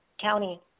County